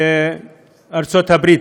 בארצות-הברית.